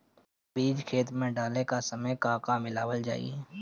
बीज खेत मे डाले के सामय का का मिलावल जाई?